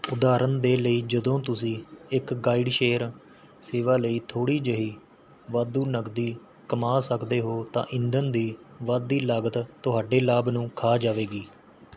ਉਦਾਹਰਣ ਦੇ ਲਈ ਜਦੋਂ ਤੁਸੀਂ ਇੱਕ ਗਾਈਡ ਸ਼ੇਅਰ ਸੇਵਾ ਲਈ ਥੋੜ੍ਹੀ ਜਿਹੀ ਵਾਧੂ ਨਕਦੀ ਕਮਾ ਸਕਦੇ ਹੋ ਤਾਂ ਈਂਧਣ ਦੀ ਵੱਧਦੀ ਲਾਗਤ ਤੁਹਾਡੇ ਲਾਭ ਨੂੰ ਖਾ ਜਾਵੇਗੀ